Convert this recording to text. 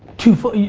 two full?